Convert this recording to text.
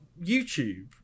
youtube